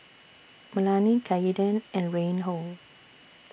Melany Kaeden and Reinhold